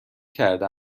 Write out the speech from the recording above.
کرده